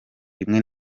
rimwe